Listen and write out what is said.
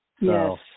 Yes